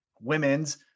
women's